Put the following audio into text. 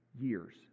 years